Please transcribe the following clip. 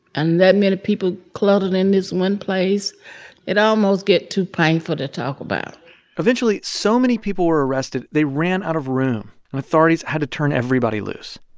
and that many people cluttered in this one place it almost get too painful to talk about eventually, so many people were arrested they ran out of room, and authorities had to turn everybody loose.